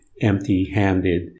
empty-handed